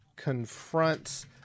confronts